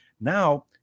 Now